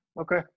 Okay